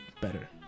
better